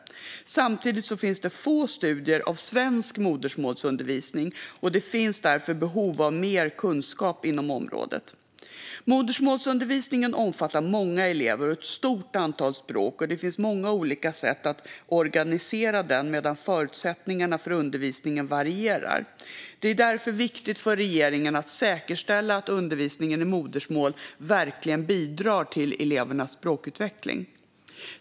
Samtidigt finns få studier av svensk modersmålsundervisning, och det finns därför behov av mer kunskap inom området. Modersmålsundervisningen omfattar många elever och ett stort antal språk, och det finns många olika sätt att organisera den medan förutsättningarna för undervisningen varierar. Det är därför viktigt för regeringen att säkerställa att undervisningen i modersmål verkligen bidrar till elevernas språkutveckling.